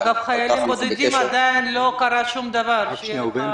אגב, שיהיה לך